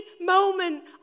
moment